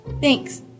Thanks